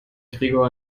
gregor